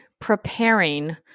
preparing